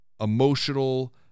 emotional